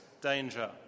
danger